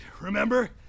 remember